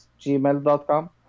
gmail.com